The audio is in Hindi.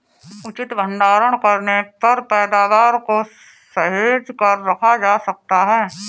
उचित भंडारण करने पर पैदावार को सहेज कर रखा जा सकता है